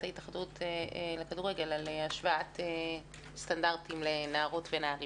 התאחדות לכדורגל בעניין השוואת סטנדרטים לנערות ונערים.